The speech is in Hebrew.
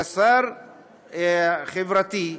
כשרה לשוויון חברתי,